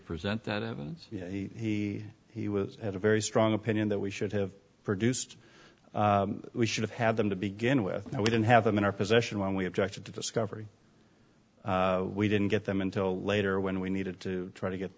present that evidence he he was a very strong opinion that we should have produced we should have had them to begin with and we didn't have them in our possession when we objected to discovery we didn't get them until later when we needed to try to get